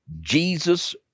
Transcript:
Jesus